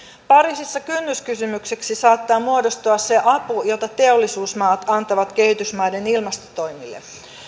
pariisissa kynnyskysymykseksi saattaa muodostua se apu jota teollisuusmaat antavat kehitysmaiden ilmastotoimille